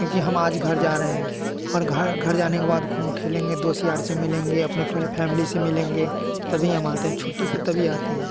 क्योंकि हम आज घर जा रहे हैं और घर घर जाने के बाद खूब खेलेंगे दोस्त यार से मिलेंगे अपने पूरी फैमिली से मिलेंगे तभी हम आते हैं छुट्टी पे तभी आते हैं